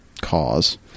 cause